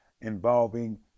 involving